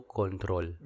control